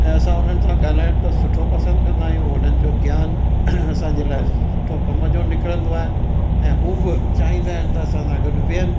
ऐं असां उन्हनि सां ॻाल्हाइण त सुठो पसंदि कंदा आहियूं उन्हनि जो ज्ञान असांजे लाइ सुठो कम जो निकिरंदो आहे ऐं हू बि चाहींदा आहिनि त असां सां गॾु विहनि